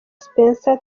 spencer